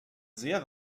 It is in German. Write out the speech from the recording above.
sehr